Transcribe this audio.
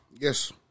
Yes